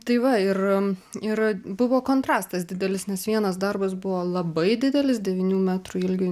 tai va ir ir buvo kontrastas didelis nes vienas darbas buvo labai didelis devynių metrų ilgio